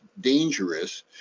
dangerous